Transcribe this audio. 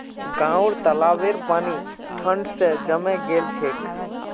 गांउर तालाबेर पानी ठंड स जमें गेल छेक